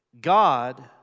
God